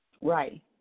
Right